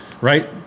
right